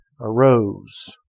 arose